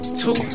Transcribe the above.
two